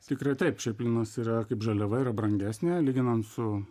tikrai taip šiaip linas yra kaip žaliava yra brangesnė lyginant su